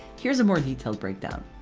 here's a more detailed breakdown.